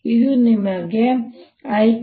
ಆದ್ದರಿಂದ ಇದು ನಿಮಗೆ i∂x